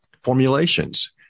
formulations